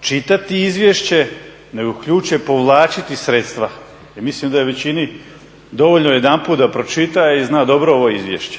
čitati izvješće nego ključ je povlačiti sredstva i mislim da je većini dovoljno jedanput da pročita i zna dobro ovo izvješće.